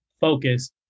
focus